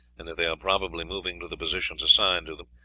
and that they are probably moving to the positions assigned to them,